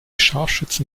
scharfschützen